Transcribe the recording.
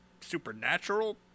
supernatural